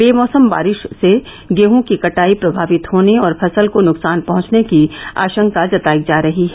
बेमौसम बारिश से गेहूँ की कटाई प्रमावित होने और फसल को नुकसान पहुंचने की आशंका जतायी जारही है